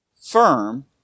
firm